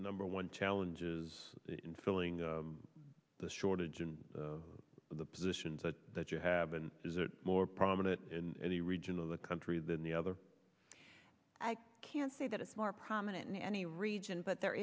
number one challenge is in filling the shortage in the positions that you have been more prominent in the region of the country than the other i can't say that it's more prominent in any region but there